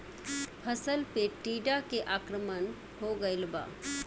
फसल पे टीडा के आक्रमण हो गइल बा?